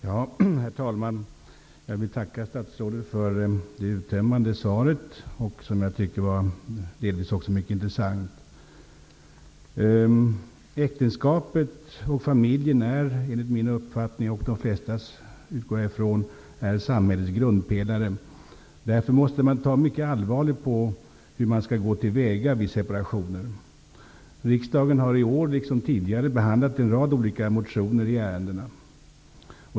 Herr talman! Jag vill tacka statsrådet för det uttömmande och delvis också mycket intressanta svaret. Äktenskapet och familjen är enligt min och de flestas, utgår jag från, uppfattning samhällets grundpelare. Därför måste man ta mycket allvarligt på hur man skall gå till väga vid separationer. Riksdagen har i år liksom tidigare behandlat en rad olika motioner i ärendet.